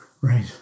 right